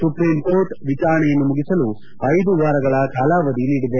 supreme court ವಿಚಾರಣೆಯನ್ನು ಮುಗಿಸಲು ಐದು ವಾರಗಳ ಕಾಲಾವಧಿ ನೀಡಿದೆ